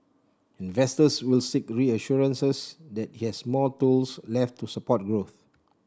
investors will seek reassurances that has more tools left to support growth